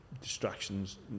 distractions